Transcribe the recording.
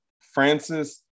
Francis